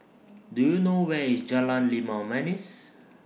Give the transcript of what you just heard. Do YOU know Where IS Jalan Limau Manis